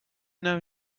know